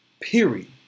Period